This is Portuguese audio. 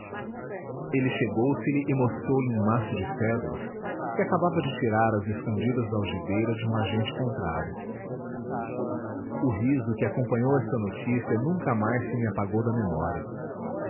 ver ele chegou se lhe e mostrou-lhe um maço de cédulas que acabava de tirar às escondidas da algibeira de um agente contrário o riso que acompanhou esta notícia nunca mais se me apagou da memória